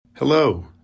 Hello